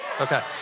Okay